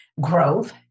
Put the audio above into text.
growth